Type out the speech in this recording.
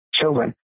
children